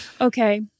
Okay